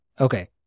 Okay